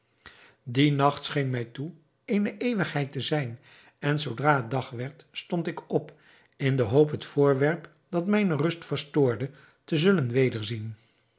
die nacht scheen mij toe eene eeuwigheid te zijn en zoodra het dag werd stond ik op in de hoop het voorwerp dat mijne rust verstoorde te zullen wederzien